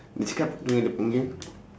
dia cakap dua dia panggil